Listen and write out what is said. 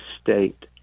state